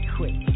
Quick